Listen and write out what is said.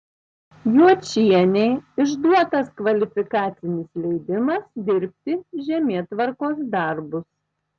juočienei išduotas kvalifikacinis leidimas dirbti žemėtvarkos darbus